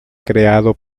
creado